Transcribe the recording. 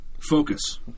focus